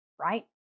right